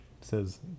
says